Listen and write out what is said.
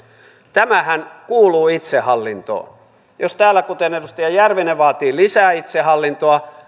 tämähän kuuluu itsehallintoon jos täällä kuten edustaja järvinen vaatii lisää itsehallintoa